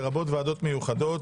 לרבות ועדות מיוחדות,